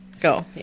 Go